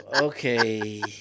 okay